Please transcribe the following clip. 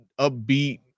upbeat